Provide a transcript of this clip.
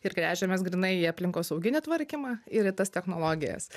ir gręžiamės grynai į aplinkosauginį tvarkymą ir į tas technologijas